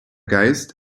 geist